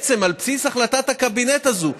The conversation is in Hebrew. בעצם על בסיס החלטת הקבינט הזאת,